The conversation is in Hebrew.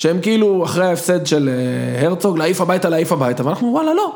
שהם כאילו אחרי ההפסד של הרצוג להעיף הביתה להעיף הביתה, ואנחנו וואלה לא.